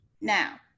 Now